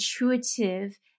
intuitive